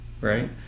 right